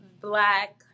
Black